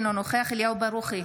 אינו נוכח אליהו ברוכי,